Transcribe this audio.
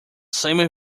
semi